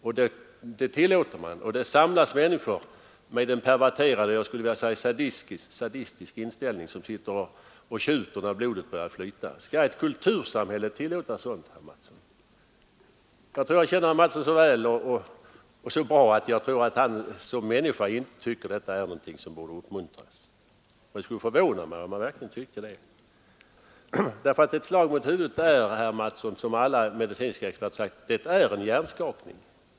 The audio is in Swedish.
Men det gör man, och människor med en perverterad och, skulle jag vilja säga, sadistisk inställning samlas och sitter och tjuter när blodet börjar flyta. Skall ett kultursamhälle tillåta sådant, herr Mattsson? Jag känner herr Mattsson så bra att jag tror han som människa inte tycker att det här är någonting som borde uppmuntras. Det skulle förvåna mig om han verkligen tyckte det. Ett slag mot huvudet betyder ju, som alla medicinska experter har sagt, en hjärnskakning.